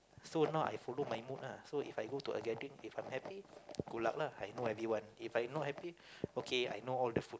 so now I follow my mood ah so If I go to a gathering if I'm happy good luck lah I know everyone If I not happy okay I know all the food